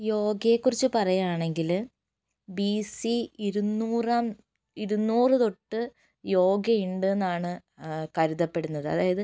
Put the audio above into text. യോഗയെക്കുറിച്ച് പറയുകയാണെങ്കില് B C ഇരുന്നൂറാം ഇരുന്നൂറ് തൊട്ട് യോഗ ഉണ്ട് എന്നാണ് കരുതപ്പെടുന്നത് അതായത്